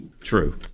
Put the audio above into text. True